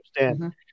understand